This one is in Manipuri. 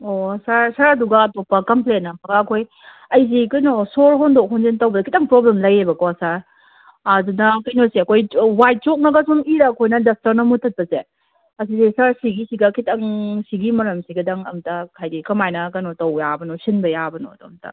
ꯑꯣ ꯁꯥꯔ ꯁꯥꯔ ꯑꯗꯨꯒ ꯑꯇꯣꯞꯄ ꯀꯝꯄ꯭ꯂꯦꯟ ꯑꯃꯒ ꯑꯩꯈꯣꯏ ꯑꯩꯁꯤ ꯀꯩꯅꯣ ꯁꯣꯔ ꯍꯣꯟꯇꯣꯛ ꯍꯣꯟꯖꯤꯟ ꯇꯧꯕꯗ ꯈꯤꯇꯪ ꯄꯔꯣꯕ꯭ꯂꯦꯝ ꯂꯩꯌꯦꯕꯀꯣ ꯁꯥꯔ ꯑꯗꯨꯅ ꯀꯩꯅꯣꯁꯦ ꯑꯩꯈꯣꯏ ꯋꯥꯏꯠ ꯆꯣꯛꯅꯒ ꯁꯨꯝ ꯏꯔꯒ ꯑꯩꯈꯣꯏꯅ ꯗꯁꯇꯔꯅ ꯃꯨꯊꯠꯄꯁꯦ ꯑꯁꯤꯗ ꯁꯥꯔ ꯁꯤꯒꯤꯁꯤꯒ ꯈꯤꯇꯪ ꯁꯤꯒꯤ ꯃꯔꯝ ꯁꯤꯒꯤꯗꯪ ꯑꯝꯇ ꯍꯥꯏꯗꯤ ꯀꯃꯥꯏꯅ ꯀꯩꯅꯣ ꯇꯧꯕ ꯌꯥꯕꯅꯣ ꯁꯤꯟꯕ ꯌꯥꯕꯅꯣꯗꯣ ꯑꯝꯇ